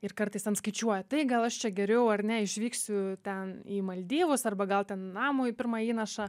ir kartais ten skaičiuoja tai gal aš čia geriau ar ne išvyksiu ten į maldyvus arba gal ten namui pirmą įnašą